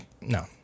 no